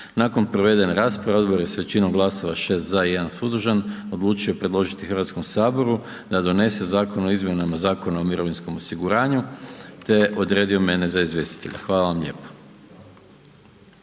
Nakon provedene rasprave odbor je s većinom glasova 6 za i 1 suzdržan odlučio predložiti Hrvatskom saboru da donese Zakon o izmjenama Zakona o mirovinskom osiguranju te odredio mene za izvjestitelja. Hvala vam lijepa.